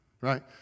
Right